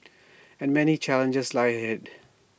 and many challenges lie ahead